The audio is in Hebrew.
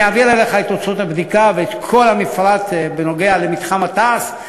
ואני אעביר לך את תוצאות הבדיקה ואת כל המפרט בנוגע למתחם התע"ש.